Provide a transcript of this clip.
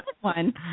one